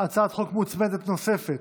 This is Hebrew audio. הצעת חוק מוצמדת נוספת,